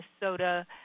Minnesota